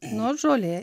nu žolė